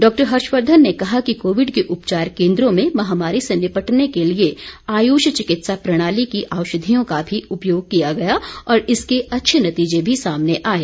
doctor Harshvardhan ने कहा कि कोविड के उपचार केन्द्रों में महामारी से निपटने के लिए आयुष चिकित्सा प्रणाली की औषधियों का भी उपयोग किया गया और इसके अच्छे नतीजे भी सामने आये